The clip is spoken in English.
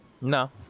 No